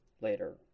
later